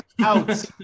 out